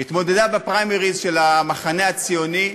היא התמודדה בפריימריז של המחנה הציוני,